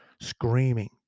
screaming